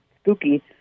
spooky